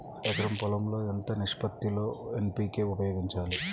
ఎకరం పొలం లో ఎంత నిష్పత్తి లో ఎన్.పీ.కే ఉపయోగించాలి?